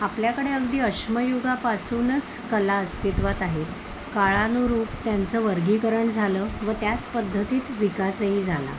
आपल्याकडे अगदी अश्मयुगापासूनच कला अस्तित्वात आहे काळानुरूप त्यांचं वर्गीकरण झालं व त्याच पद्धतीत विकासही झाला